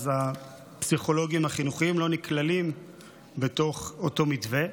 אז הפסיכולוגים החינוכיים לא נכללים בתוך אותו מתווה.